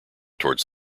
towards